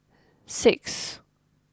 six